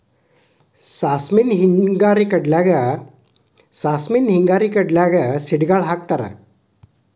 ಸಾಸ್ಮಿನ ಹಿಂಗಾರಿ ಕಡ್ಲ್ಯಾಗ ಸಿಡಿಗಾಳ ಹಾಕತಾರ